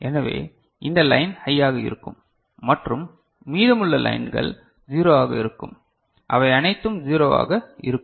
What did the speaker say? எனவே இந்த லைன் ஹையாக இருக்கும் மற்றும் மீதமுள்ள லைன்கள் 0 ஆக இருக்கும் அவை அனைத்தும் 0 வாக இருக்கும்